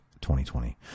2020